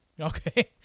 Okay